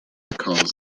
calls